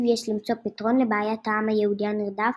יש למצוא פתרון לבעיית העם היהודי הנרדף,